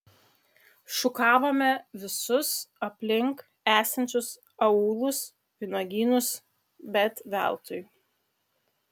šukavome visus aplink esančius aūlus vynuogynus bet veltui